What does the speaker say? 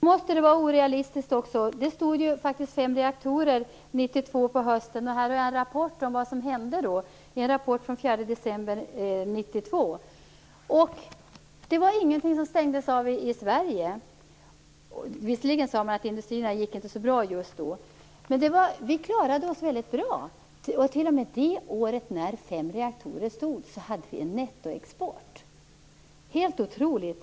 Fru talman! Nog måste den uppfattningen vara orealistisk. Fem reaktorer stod stilla på hösten 1992. Här har jag en rapport från den 4 december 1992 om vad som hände då. Det var ingenting som stängdes av i Sverige. Visserligen sade man att industrierna inte gick så bra just då. Men vi klarade oss väldigt bra. T.o.m. det året när fem reaktorer stod stilla hade vi en nettoexport! Det är helt otroligt!